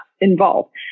involved